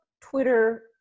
Twitter